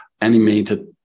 animated